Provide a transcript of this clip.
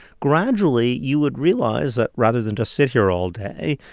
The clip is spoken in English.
gradually, you would realize that, rather than just sit here all day,